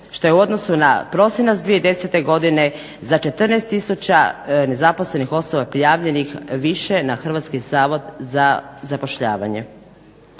što je u odnosu na prosinac 2010. godine za 14 tisuća nezaposlenih osoba prijavljenih više na Hrvatski zavod za zapošljavanje.